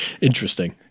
interesting